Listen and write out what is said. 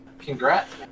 Congrats